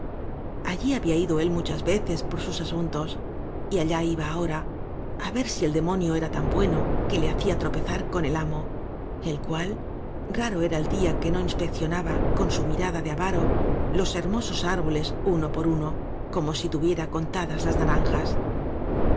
allí había ido él muchas veces por sus asuntos y allá iba ahora á ver si el demonio era tan bueno que le hacía tropezar con el amo el cual el día raro era que no inspeccionaba con su mirada de avaro los hermosos árboles unopor uno como si tuviera contadas las naranjas